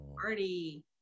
party